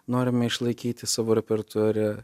norime išlaikyti savo repertuare